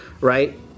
right